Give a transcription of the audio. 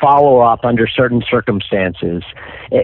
follow up under certain circumstances